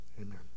amen